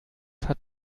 hat